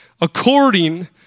according